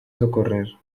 socorrer